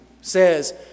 says